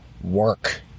work